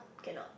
cannot